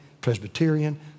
Presbyterian